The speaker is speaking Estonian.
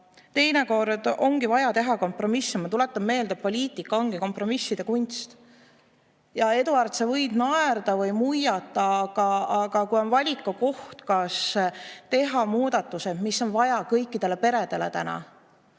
teinekord on vaja teha kompromissi. Ma tuletan meelde, et poliitika ongi kompromisside kunst. Eduard, sa võid naerda või muiata, aga kui on valiku koht, kas teha muudatusi, mida on vaja kõikidele peredele täna,